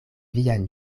vian